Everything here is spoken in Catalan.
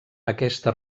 aquesta